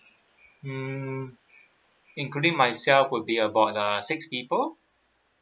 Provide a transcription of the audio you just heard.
mm including myself would be about uh six people